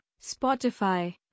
Spotify